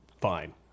fine